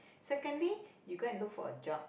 secondly you go and look for a job